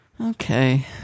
Okay